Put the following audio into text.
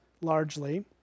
largely